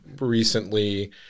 recently